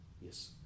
yes